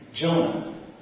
Jonah